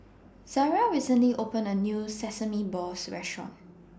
Zariah recently opened A New Sesame Balls Restaurant